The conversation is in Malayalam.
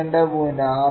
66 മൈനസ് 0